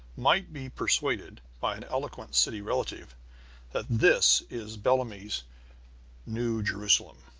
might be persuaded by an eloquent city relative that this is bellamy's new jerusalem.